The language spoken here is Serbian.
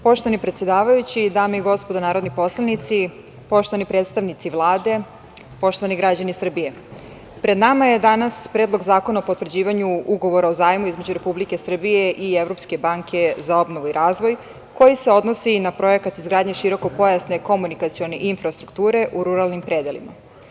Poštovani predsedavajući, dame i gospodo narodni poslanici, poštovani predstavnici Vlade, poštovani građani Srbije, pred nama je danas Predlog zakona o potvrđivanju Ugovora o zajmu između Republike Srbije i Evropske banke za obnovu i razvoj, koji se odnosi i na Projekat izgradnje širokopojasne komunikacione infrastrukture u ruralnim predelima.